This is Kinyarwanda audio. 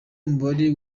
umubare